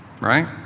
right